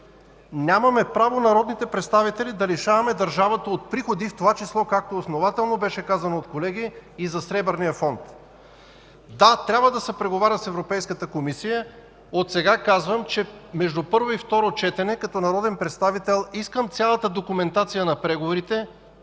да направим. Народните представители нямаме право да лишаваме държавата от приходи, в това число, както основателно беше казано от колеги, и за Сребърния фонд. Да, трябва да се преговаря с Европейската комисия. Отсега казвам, че между първо и второ четене като народен представител искам цялата документация на преговорите,